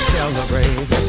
Celebrate